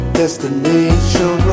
destination